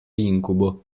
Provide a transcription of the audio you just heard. incubo